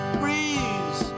breeze